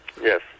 Yes